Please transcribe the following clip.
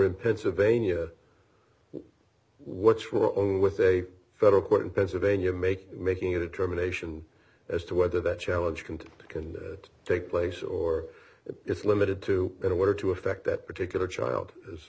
in pennsylvania what's were own with a federal court in pennsylvania make making a determination as to whether that challenged and can take place or if it's limited to in order to affect that particular child is